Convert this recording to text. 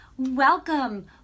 Welcome